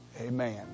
Amen